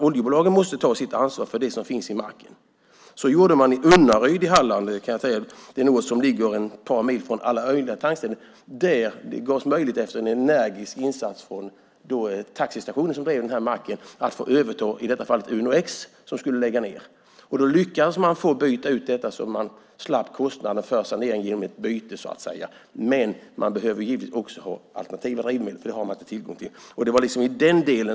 Oljebolagen måste ta sitt ansvar för det som finns i marken. Så gjorde man i Unnaryd i Halland, som ligger ett par mil från andra tankställen. Där gavs efter en energisk insats från taxistationen som drev macken möjlighet att överta Uno-X, som skulle läggas ned. Då lyckades man få byta ut detta, så att man slapp kostnaden för saneringen genom ett byte, så att säga. Men man behöver givetvis också ha alternativa drivmedel. Det har man inte tillgång till.